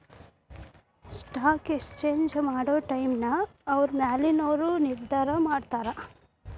stock exchange ಮಾಡೊ ಟೈಮ್ನ ಅವ್ರ ಮ್ಯಾಲಿನವರು ನಿರ್ಧಾರ ಮಾಡಿರ್ತಾರ